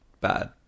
bad